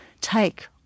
take